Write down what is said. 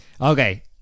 Okay